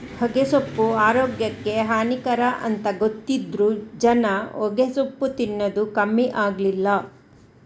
ಹೊಗೆಸೊಪ್ಪು ಆರೋಗ್ಯಕ್ಕೆ ಹಾನಿಕರ ಅಂತ ಗೊತ್ತಿದ್ರೂ ಜನ ಹೊಗೆಸೊಪ್ಪು ತಿನ್ನದು ಕಮ್ಮಿ ಆಗ್ಲಿಲ್ಲ